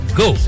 go